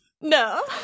No